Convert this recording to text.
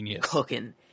cooking